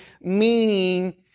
meaning